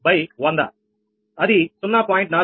2100 0